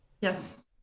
Yes